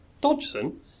Dodgson